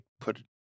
put